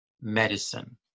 medicine